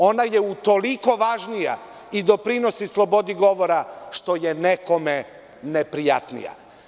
Ona je utoliko važnija i doprinosi slobodi govora, što je nekome neprijatnija.